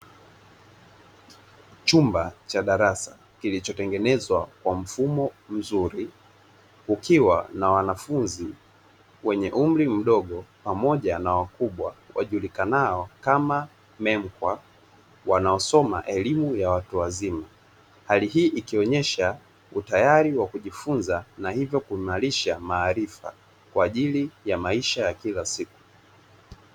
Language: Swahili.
Chumba cha darasa kilichotengenezwa kwa mfumo mzuri ukiwa na wanafunzi wenye umri mdogo pamoja na wakubwa wajulikanao kama memkwa wanaosoma elimu ya watu wazima. Hali hii ikionyesha utayari wa kujifunza na hivyo kuimarisha maarifa kwa ajili ya maisha ya kila siku.